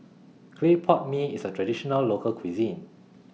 Clay Pot Mee IS A Traditional Local Cuisine